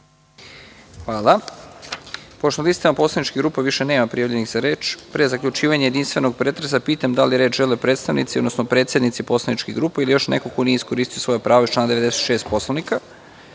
Hvala. Pošto na listama poslaničkih grupa više nema prijavljenih za reč, pre zaključivanja jedinstvenog pretresa, pitam da li reč žele predstavnici, odnosno predsednici poslaničkih grupa ili još neko ko nije iskoristio svoja prava iz člana 96. Poslovnika?